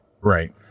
Right